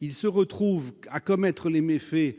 Ils se retrouvent pour commettre leurs méfaits